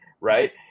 right